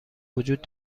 وجود